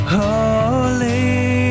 holy